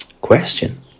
question